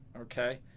Okay